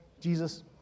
Jesus